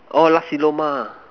orh Nasi-Lemak